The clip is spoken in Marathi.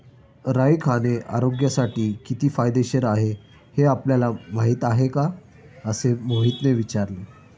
राई खाणे आरोग्यासाठी किती फायदेशीर आहे हे आपल्याला माहिती आहे का? असे मोहितने विचारले